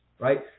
right